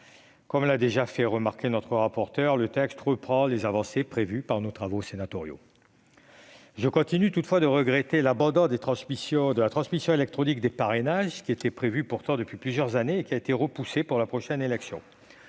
Comme l'a déjà fait remarquer notre rapporteur, le texte reprend les avancées prévues par nos travaux sénatoriaux. Toutefois, je continue de regretter l'abandon de la transmission électronique des parrainages, pourtant prévue depuis plusieurs années et repoussée à l'élection